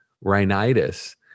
rhinitis